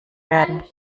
werden